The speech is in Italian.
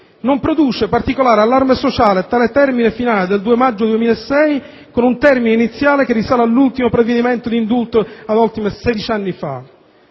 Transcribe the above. Non produce particolare allarme sociale tale termine finale del 2 maggio 2006, con un termine iniziale che risale all'ultimo provvedimento di indulto, ad oltre sedici anni fa?